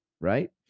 right